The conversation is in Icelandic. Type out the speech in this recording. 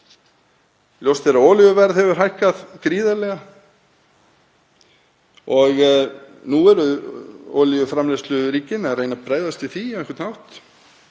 Ljóst er að olíuverð hefur hækkað gríðarlega og nú eru olíuframleiðsluríkin að reyna að bregðast við því á einhvern hátt.